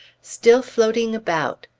still floating about!